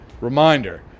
reminder